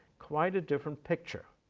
quite a different picture,